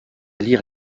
lire